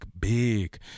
big